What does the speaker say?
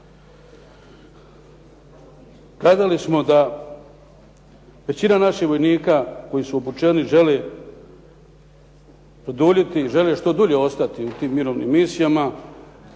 Kazali smo da većina naših vojnika koji su obučeni žele produljiti, žele što dulje ostati u tim mirovnim misijama.